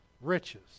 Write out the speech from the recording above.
riches